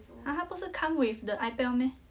!huh! 它不是 come with the ipad [one] meh